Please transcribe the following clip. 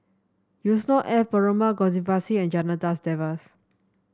Yusnor Ef Perumal Govindaswamy and Janadas Devan